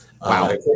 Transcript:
Wow